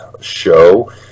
show